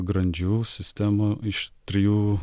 grandžių sistema iš trijų